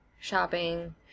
shopping